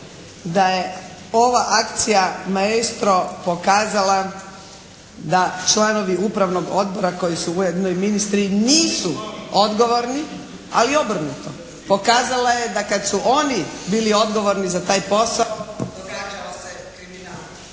da je ova akcija "Maestro" pokazala da članovi Upravnog odbora koji su ujedno i ministri nisu odgovorni. Ali obrnuto, pokazala je da kad su oni bili odgovorni za taj posao … /Govornica